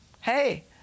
Hey